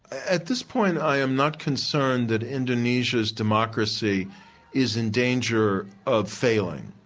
at this point i am not concerned that indonesia's democracy is in danger of failing.